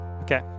Okay